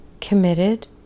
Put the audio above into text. committed